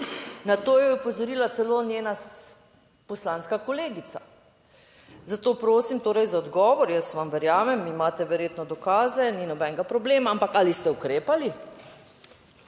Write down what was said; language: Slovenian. Na to je opozorila celo njena poslanska kolegica, zato prosim torej za odgovor. Jaz vam verjamem, vi imate verjetno dokaze, ni nobenega problema, ampak ali ste ukrepali?